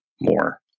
more